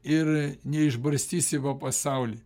ir neišbarstysi po pasaulį